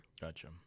Gotcha